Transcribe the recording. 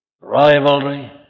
rivalry